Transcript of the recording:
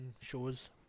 shows